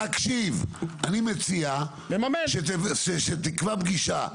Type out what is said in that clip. אני מציע שתקבע פגישה.